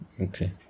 Okay